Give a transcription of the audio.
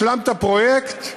השלמת פרויקט,